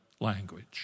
language